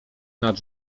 nad